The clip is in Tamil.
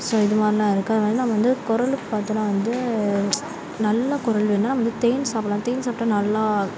ஸோ இது மாதிரிலாம் இருக்கு அது மாதிரி நான் வந்து குரலு பாத்தோம்னா வந்து நல்லா குரல் வேணுனா நம்ம வந்து தேன் சாப்புடலாம் தேன் சாப்பிட்டா நல்லா